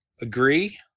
agree